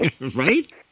Right